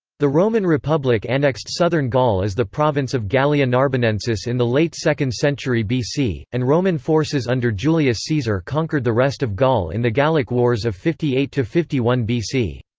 the roman republic annexed southern gaul as the province of gallia narbonensis in the late second century bc, and roman forces under julius caesar conquered the rest of gaul in the gallic wars of fifty eight fifty one bc.